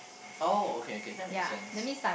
oh okay okay that makes sense